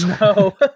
No